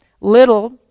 little